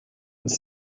uns